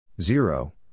zero